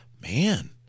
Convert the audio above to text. man